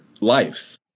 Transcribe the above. lives